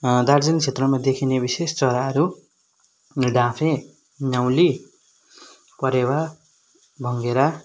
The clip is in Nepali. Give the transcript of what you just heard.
दार्जिलिङ क्षेत्रमा देखिने विशेष चराहरू डाँफे न्याउली परेवा भङ्गेरा